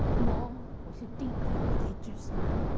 more was a deeply religious man.